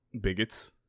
bigots